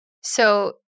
So-